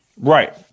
right